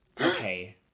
Okay